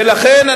ולכן,